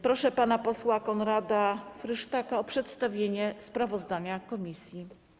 Proszę pana posła Konrada Frysztaka o przedstawienie sprawozdania komisji.